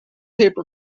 tape